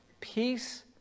peace